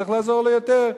צריך לעזור לו יותר,